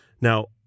Now